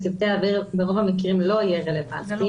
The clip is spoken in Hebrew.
לצוותי אוויר ברוב המקרים זה לא יהיה רלוונטי,